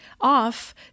off